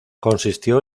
consistió